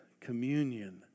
communion